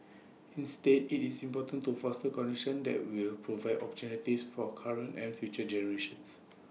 instead IT is important to foster conditions that will provide opportunities for current and future generations